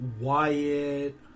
Wyatt